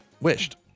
wished